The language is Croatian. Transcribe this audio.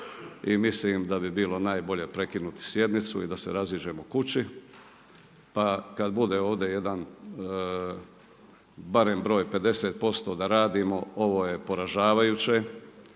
i mislim da bi bilo najbolje prekinuti sjednicu i da se raziđemo kući, pa kad bude ovdje jedan barem broj 50% da radimo. Ovo je poražavajuće,